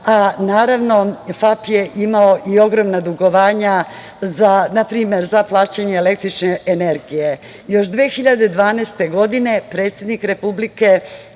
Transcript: a naravno FAP je imao i ogromna dugovanja na primer za plaćanje električne energije. Još 2012. godine predsednik Republike